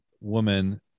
woman